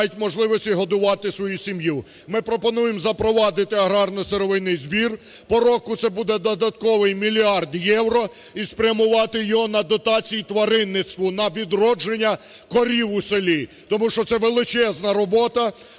мають можливості годувати свою сім'ю. Ми пропонуємо запровадити аграрно-сировинний збір, по року це буде додатковий мільярд євро і спрямувати його на дотації тваринництву, на відродження корів у селі. Тому що це величезна робота,